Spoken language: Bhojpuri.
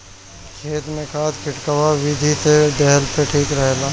खेत में खाद खिटकाव विधि से देहला पे ठीक रहेला